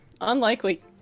Unlikely